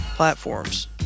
platforms